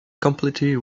completely